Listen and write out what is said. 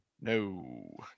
No